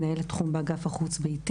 ואני מנהלת תחום באגף החוץ-ביתי.